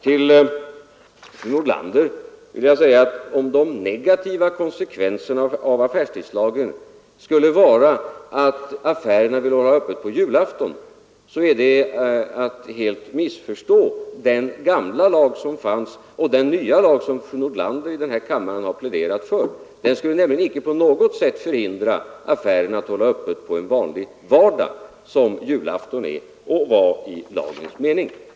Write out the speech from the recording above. Till fru Nordlander vill jag säga att om de negativa konsekvenserna av affärstidslagen skulle vara att affärerna vill hålla öppet på julafton, missförstår man helt den gamla lag som fanns och den nya lag som fru Nordlander pläderat för i denna kammare. Den skulle nämligen inte på något sätt förhindra affärerna från att hålla öppet på en vanlig vardag som julafton är och var i lagens mening.